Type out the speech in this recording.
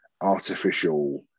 artificial